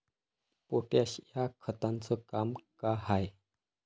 Potash या खताचं काम का हाय?